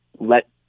let